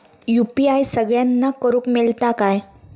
UPI सगळ्यांना करुक मेलता काय?